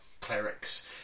clerics